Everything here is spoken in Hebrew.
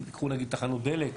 תיקחו נגיד תחנות דלק,